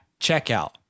checkout